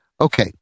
Okay